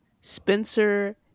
Spencer